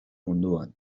munduan